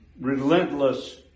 relentless